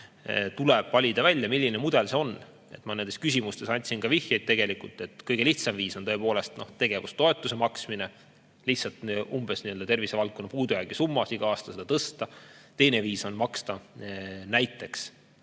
Tuleb valida välja, milline mudel see on. Ma nendes küsimustes andsin ka vihjeid selle kohta, et kõige lihtsam viis on tõepoolest tegevustoetuse maksmine, tuleks lihtsalt umbes tervisevaldkonna puudujäägi summas seda igal aastal tõsta. Teine viis on maksta näiteks